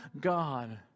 God